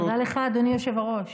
תודה לך, אדוני היושב-ראש.